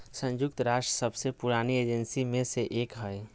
संयुक्त राष्ट्र सबसे पुरानी एजेंसी में से एक हइ